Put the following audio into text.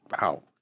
Wow